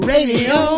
Radio